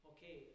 Okay